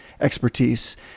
expertise